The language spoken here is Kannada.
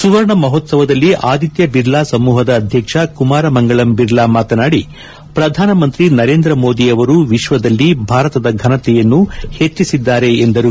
ಸುವರ್ಣ ಮಹೋತ್ವವದಲ್ಲಿ ಆದಿತ್ನ ಬಿರ್ಲಾ ಸಮೂಹದ ಅಧ್ಯಕ್ಷ ಕುಮಾರ ಮಂಗಳಂ ಬಿರ್ಲಾ ಮಾತನಾಡಿ ಪ್ರಧಾನಮಂತ್ರಿ ನರೇಂದ್ರ ಮೋದಿ ಅವರು ವಿಶ್ವದಲ್ಲಿ ಭಾರತದ ಘನತೆಯನ್ನು ಹೆಚ್ಚಿಸಿದ್ದಾರೆ ಎಂದರು